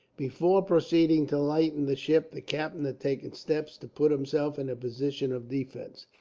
before proceeding to lighten the ship, the captain had taken steps to put himself in a position of defence.